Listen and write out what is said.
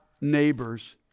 neighbors